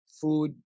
food